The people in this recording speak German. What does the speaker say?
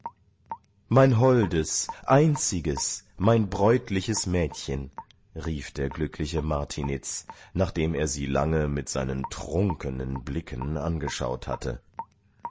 mein holdes einziges mein bräutliches mädchen rief der glückliche martiniz nachdem er sie lange mit seinen trunkenen blicken angeschaut hatte